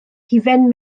hufen